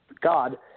God